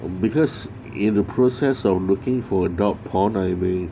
because in the process of looking for adult porn I may